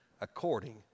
according